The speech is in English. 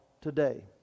today